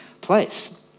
place